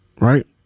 Right